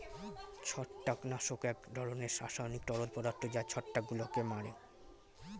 ছত্রাকনাশক এক ধরনের রাসায়নিক তরল পদার্থ যা ছত্রাকগুলোকে মারে